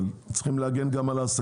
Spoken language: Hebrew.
אבל צריך להגן גם על העסקים.